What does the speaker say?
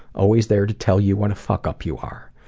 always there to tell you what a fuck up you are.